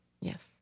Yes